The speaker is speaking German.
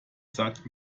sagt